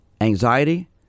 anxiety